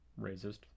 racist